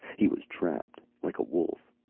he was trapped, like a wolf.